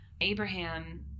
Abraham